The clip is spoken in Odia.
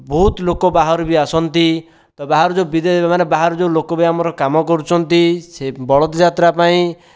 ବହୁତ ଲୋକ ବାହାରୁ ବି ଆସନ୍ତି ତ ବାହାରୁ ଯେଉଁ ବାହାରୁ ଯେଉଁ ଲୋକ ବି ଆମର କାମ କରୁଛନ୍ତି ସେ ବଳଦ ଯାତ୍ରା ପାଇଁ